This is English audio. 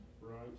Right